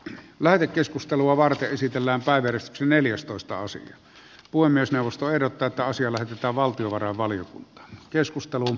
lähetekeskustelua varten esitellään päiväys neljästoista osan voi myös neuvostoehdokkaita on siellä ja valtiovarainvaliokunta valtiovarainvaliokuntaan